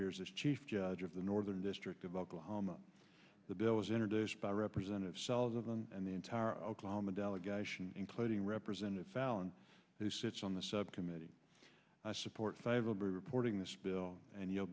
years as chief judge of the northern district of oklahoma the bill was introduced by representative cells of them and the entire oklahoma delegation including representative fallon who sits on the subcommittee i support favorably reporting this bill and you